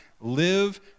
live